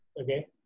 okay